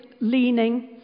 leaning